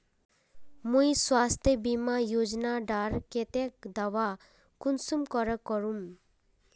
मुई स्वास्थ्य बीमा योजना डार केते दावा कुंसम करे करूम?